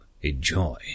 enjoy